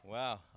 Wow